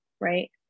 right